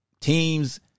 teams